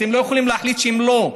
אתם לא יכולים להחליט שהם לא,